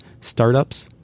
startups